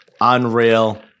Unreal